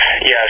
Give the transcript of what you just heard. yes